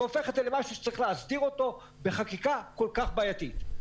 שהופך את זה למשהו שצריך להסדיר אותו בחקיקה כל-כך בעייתית?